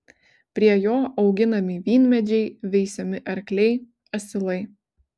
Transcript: prie jo auginami vynmedžiai veisiami arkliai asilai